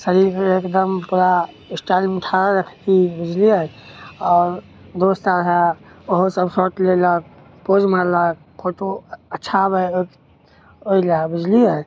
शरीरमे एकदम बड़ा स्टाइलमे ठड़ा रखली बुझलिए आओर दोस्त आर हइ ओहोसभ शर्ट लेलक पोज मारलक फोटो अच्छा आबै हइ ओहि ओहिले बुझलिए